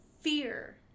fear